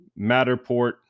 Matterport